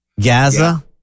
Gaza